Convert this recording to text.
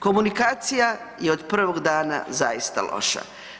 Komunikacija je od prvog dana zaista loša.